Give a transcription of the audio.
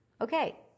Okay